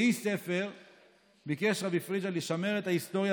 כאיש ספר ביקש רבי פריג'א לשמר את ההיסטוריה